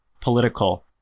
political